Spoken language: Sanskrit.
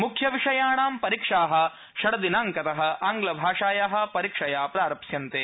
मुख्यविषयाणा परीक्षाः षड्दिनाङ्कतः आंग्लभाषायाः परीक्षया प्रारप्स्यन्ते